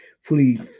fully